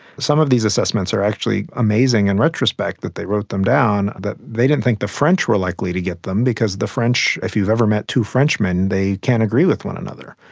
some of these assessments are actually amazing in retrospect, that they wrote them down, that they didn't think the french were likely to get them because the french, if you've ever met two frenchmen, they can't agree with one another.